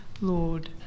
Lord